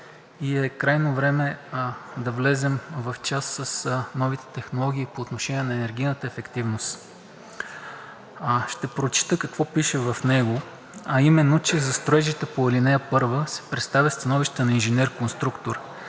и е крайно време да влезем в час с новите технологии по отношение на енергийната ефективност. Ще прочета какво пише в него, а именно, че за строежите по ал. 1 се представя становище на инженер-конструктор